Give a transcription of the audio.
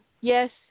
yes